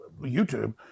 YouTube